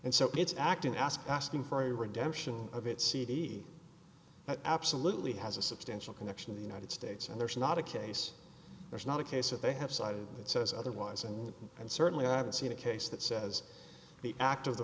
and so it's acting ask asking for a redemption of its cd that absolutely has a substantial connection the united states and there's not a case there's not a case that they have cited that says otherwise and and certainly i haven't seen a case that says the act of the